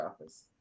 office